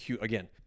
again